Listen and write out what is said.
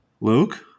Luke